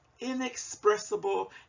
inexpressible